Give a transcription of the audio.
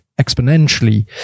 exponentially